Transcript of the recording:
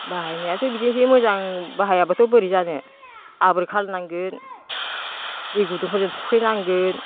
बाहायनायाथ' बिदिनोसै मोजां बाहायाब्लाथ' बोरै जानो आबोर खालामनांगोन दै गुदुंफोरजों थुखैनांगोन